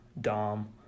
Dom